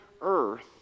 earth